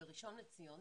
וראשון לציון,